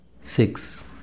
Six